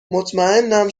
مطمیئنم